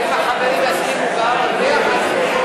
אם החברים יסכימו גם, אז ביחד.